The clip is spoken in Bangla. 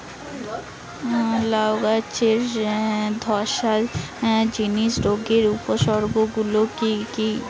লাউ গাছের ধসা জনিত রোগের উপসর্গ গুলো কি কি?